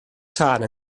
tân